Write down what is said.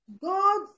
God